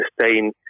sustain